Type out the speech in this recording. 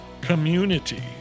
community